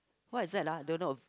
what is that ah don't know